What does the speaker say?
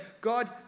God